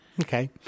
Okay